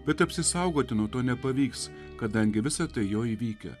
bet apsisaugoti nuo to nepavyks kadangi visa tai jau įvykę